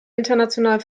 international